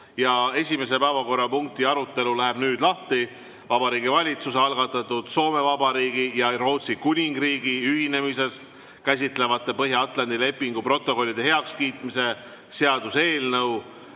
Esimese päevakorrapunkti arutelu läheb nüüd lahti. Vabariigi Valitsuse algatatud Soome Vabariigi ja Rootsi Kuningriigi ühinemist käsitlevate Põhja-Atlandi lepingu protokollide heakskiitmise seaduse eelnõu